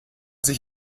sich